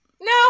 No